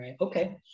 Okay